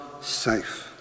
safe